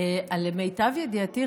למיטב ידיעתי,